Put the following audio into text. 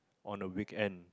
on a weekend